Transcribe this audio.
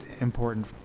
important